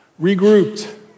regrouped